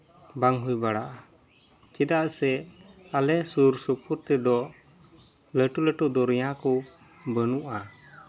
ᱵᱟᱝ ᱦᱩᱭ ᱵᱟᱲᱟᱜᱼᱟ ᱪᱮᱫᱟᱜ ᱥᱮ ᱟᱞᱮ ᱥᱩᱨ ᱥᱩᱯᱩᱨ ᱛᱮᱫᱚ ᱞᱟᱹᱴᱩ ᱞᱟᱹᱴᱩ ᱫᱚᱨᱭᱟ ᱠᱚ ᱵᱟᱹᱱᱩᱜᱼᱟ